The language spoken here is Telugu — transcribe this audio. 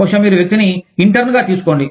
బహుశా మీరు వ్యక్తిని ఇంటర్న్గా తీసుకోండి